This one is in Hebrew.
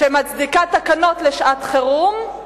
שמצדיקה תקנות לשעת-חירום,